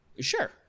sure